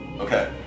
Okay